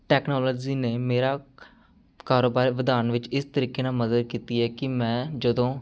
technology ਨੇ ਮੇਰਾ ਕ ਕਾਰੋਬਾਰ ਵਧਾਉਣ ਵਿੱਚ ਇਸ ਤਰੀਕੇ ਨਾਲ ਮਦਦ ਕੀਤੀ ਹੈ ਕਿ ਮੈਂ ਜਦੋਂ